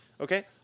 okay